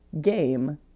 game